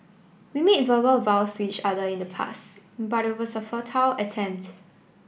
we made verbal vows to each other in the pass but it was a fertile attempt